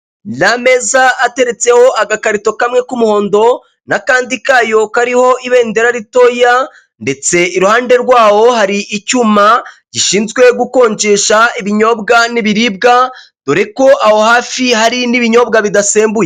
Ni ameza ateretseho agakarito kamwe k'umuhondo n'akandi kayo kariho ibendera ritoya, ndetse iruhande rwawo hari icyuma gishinzwe gukonjesha ibinyobwa n'ibiribwa dore ko aho hafi hari n'ibinyobwa bidasembutse.